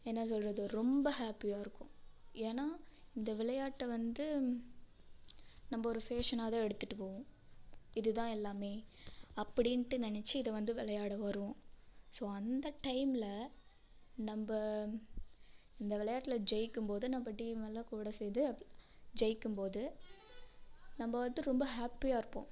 என்ன சொல்வது ரொம்ப ஹேப்பியாக இருக்கும் ஏன்னா இந்த விளையாட்டை வந்து நம்ப ஒரு ஃபேஷனாக தான் எடுத்துகிட்டு போவோம் இது தான் எல்லாமே அப்படின்ட்டு நினச்சி இதை வந்து விளையாட வருவோம் ஸோ அந்த டைமில் நம்ப இந்த விளையாட்டில் ஜெயிக்கும்போது நம்ப டீம்மெல்லாம் கூட சேர்ந்து ஜெயிக்கும்போது நம்ப வந்து ரொம்ப ஹேப்பியாக இருப்போம்